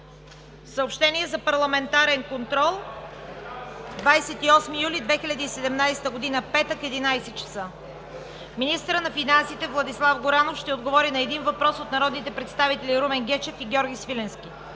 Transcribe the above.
Съобщения за парламентарен контрол на 28 юли 2017 г., петък, 11.00 часа. 1. Министърът на финансите Владислав Горанов ще отговори на един въпрос от народните представители Румен Гечев и Георги Свиленски.